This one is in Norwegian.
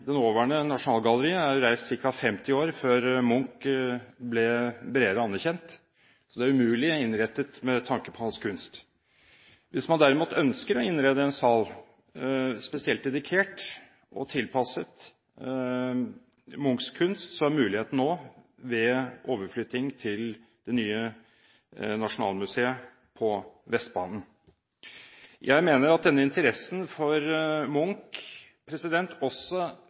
nåværende Nasjonalgalleriet er reist ca. 50 år før Munch ble bredere anerkjent, så det er umulig innrettet med tanke på hans kunst. Hvis man derimot ønsker å innrede en sal spesielt dedikert og tilpasset Munchs kunst, er muligheten nå ved overflytting til det nye Nasjonalmuseet på Vestbanen. Jeg mener at denne interessen for Munch også